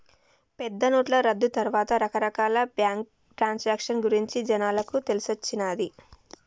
పెద్దనోట్ల రద్దు తర్వాతే రకరకాల బ్యేంకు ట్రాన్సాక్షన్ గురించి జనాలకు తెలిసొచ్చిన్నాది